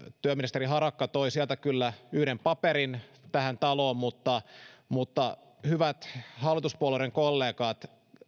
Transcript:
työministeri harakka toi sieltä kyllä yhden paperin tähän taloon mutta mutta hyvät hallituspuolueiden kollegat